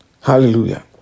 Hallelujah